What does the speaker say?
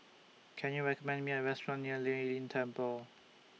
Can YOU recommend Me A Restaurant near Lei Yin Temple